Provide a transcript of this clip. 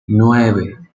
nueve